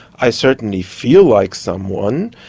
i certainly feel like someone,